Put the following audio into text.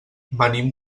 venim